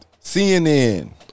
CNN